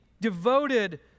devoted